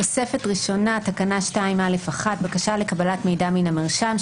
"תוספת ראשונה (תקנה 2(א)(1)) בקשה לקבלת מידע מן המרשם,